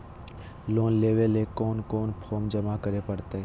Loan लेवे ले कोन कोन फॉर्म जमा करे परते?